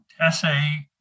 essay